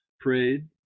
prayed